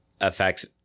affects